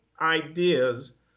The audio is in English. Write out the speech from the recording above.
ideas